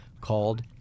called